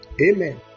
Amen